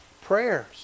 prayers